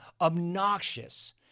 Obnoxious